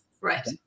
Right